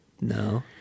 no